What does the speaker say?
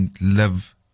live